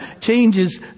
changes